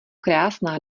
krásná